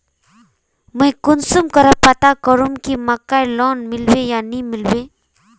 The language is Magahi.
मुई कुंसम करे पता करूम की मकईर लोन मिलबे या नी मिलबे?